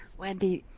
wendy,